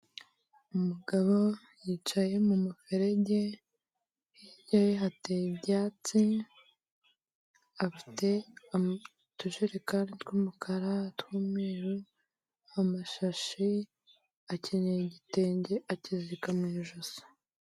Umugabo yicaye mu muferege hirya ye hatera ibyatsi, afite utujerekani tw'umukara n'umweru, amashashi ye akenyeye igitenge akizirika mu ijosi.